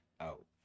out